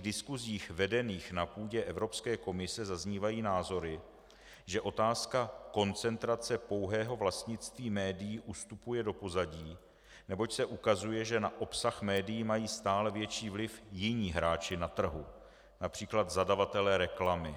V probíhajících diskusích vedených na půdě Evropské komise zaznívají názory, že otázka koncentrace pouhého vlastnictví médií ustupuje do pozadí, neboť se ukazuje, že na obsah médií mají stále větší vliv jiní hráči na trhu, např. zadavatelé reklamy.